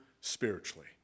spiritually